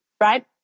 right